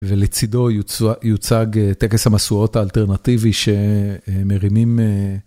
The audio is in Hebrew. ולצידו יוצג טקס המשואות האלטרנטיבי שמרימים